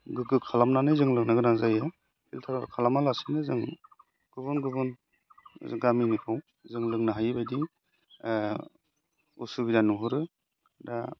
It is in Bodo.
गोग्गो खालामनानै जों लोंनो गोनां जायो फिल्टार खालामालासेनो जों गुबुन गुबुन जों गामिनिखौ जों लोंनो हायैबायदि उसुबिदा नुहरो दा